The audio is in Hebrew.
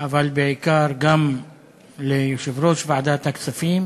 אבל בעיקר גם ליושב-ראש ועדת הכספים,